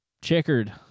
checkered